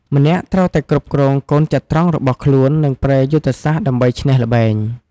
ម្នាក់ត្រូវតែគ្រប់គ្រងកូនចត្រង្គរបស់ខ្លួន និងប្រើយុទ្ធសាស្ត្រដើម្បីឈ្នះល្បែង។